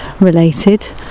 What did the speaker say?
related